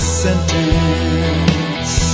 sentence